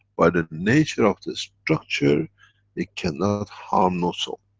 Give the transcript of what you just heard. by the nature of the structure they cannot harm no soul.